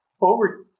over